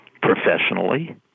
professionally